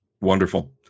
wonderful